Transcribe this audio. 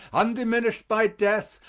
undiminished by death,